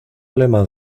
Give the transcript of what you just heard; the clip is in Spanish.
alemán